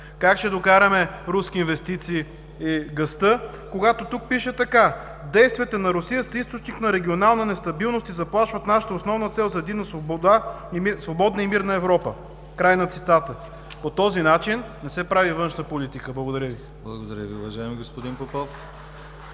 как ще докараме руски инвестиции и газта, когато тук пише така: „Действията на Русия са източник на регионална нестабилност и заплашват нашата основна цел за единна, свободна и мирна Европа.“ По този начин не се прави външна политика. Благодаря Ви. ПРЕДСЕДАТЕЛ ДИМИТЪР ГЛАВЧЕВ: Благодаря Ви, уважаеми господин Попов.